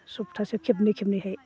सफ्थासे खेबनै खेबनैहाय